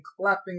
clapping